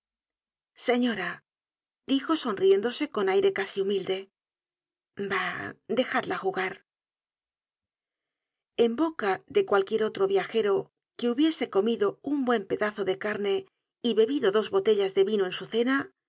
señora dijo sonriéndose con aire casi humilde bah dejadla jugar en boca de cualquier otro viajero que hubiese comido un buen pedazo de carne y bebido dos botellas de vino